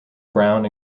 brown